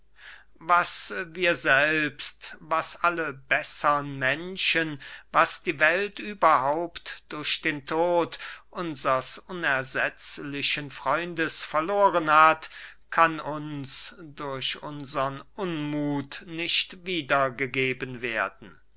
was wir selbst was alle bessern menschen was die welt überhaupt durch den tod unsers unersetzlichen freundes verloren hat kann uns durch unsern unmuth nicht wiedergegeben werden